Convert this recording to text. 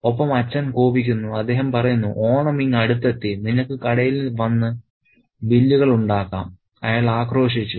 ഒപ്പം അച്ഛൻ കോപിക്കുന്നു അദ്ദേഹം പറയുന്നു ഓണം ഇങ്ങ് അടുത്തെത്തി നിനക്ക് കടയിൽ വന്ന് ബില്ലുകൾ ഉണ്ടാക്കാം അയാൾ ആക്രോശിച്ചു